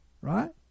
right